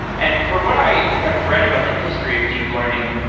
and from what i have read about the history of deep learning,